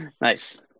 Nice